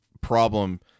problem